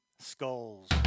Skulls